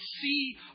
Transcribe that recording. See